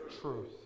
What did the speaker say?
Truth